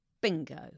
Bingo